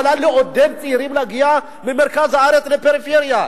יכולה לעודד צעירים להגיע ממרכז הארץ לפריפריה,